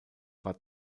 war